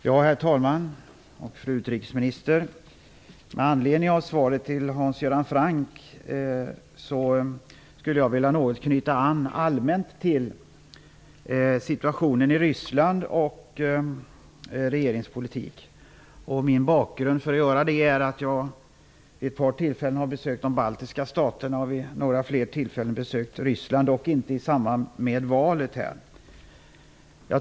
Herr talman! Fru utrikesminister! Med anledning av svaret till Hans Göran Franck skulle jag allmänt vilja knyta an till situationen i Ryssland och regeringens politik. Bakgrunden till att jag gör detta är att jag vid ett par tillfällen har besökt de baltiska staterna och vid några fler tillfällen Ryssland, dock inte i samband med valet.